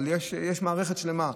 אבל יש מערכת שלמה,